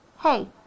Hey